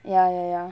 ya ya ya